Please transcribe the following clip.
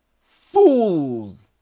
Fools